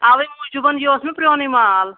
اوَے موٗجوٗب یہِ اوس مٚے پرٛونُے مال